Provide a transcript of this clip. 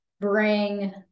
bring